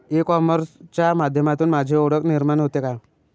E कॉमर्सच्या माध्यमातून माझी ओळख निर्माण होते का?